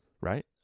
right